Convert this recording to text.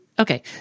Okay